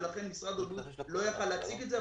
ולכן משרד הבריאות לא יכול היה להציג את זה,